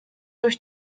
durch